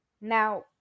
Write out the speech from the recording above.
Now